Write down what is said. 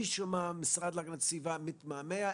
מישהו מן המשרד להגנת הסביבה מתמהמה.